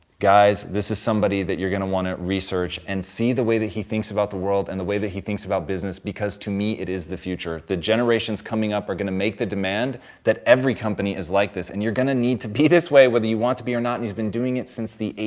guys, this is somebody that you're going to want to research and see the way that he thinks about the world and the way that he thinks about business, because to me, it is the future. the generations coming up are going to make the demand that every company is like this, and you're going to need to be this way whether you want to be or not. he's been doing it since the eighty